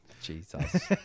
Jesus